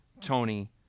Tony